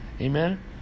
amen